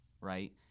right